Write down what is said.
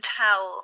tell